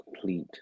complete